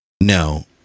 No